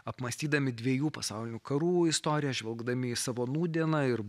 apmąstydami dviejų pasaulinių karų istoriją žvelgdami į savo nūdieną ir